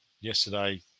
yesterday